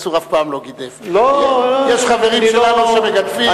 יש חברים שלנו שמגדפים.